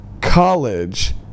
college